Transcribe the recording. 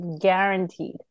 guaranteed